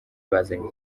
bazanye